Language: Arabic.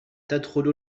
تدخل